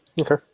okay